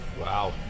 Wow